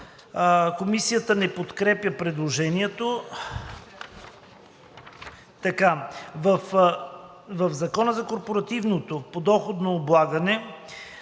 Комисията не подкрепя предложението. „…§. В Закона за корпоративното подоходно облагане